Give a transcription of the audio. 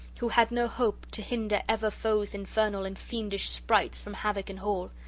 who had no hope to hinder ever foes infernal and fiendish sprites from havoc in hall.